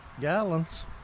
gallons